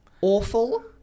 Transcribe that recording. awful